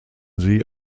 sie